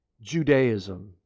Judaism